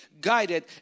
guided